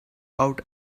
out